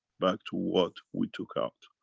back to what we took out.